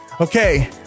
okay